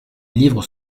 livres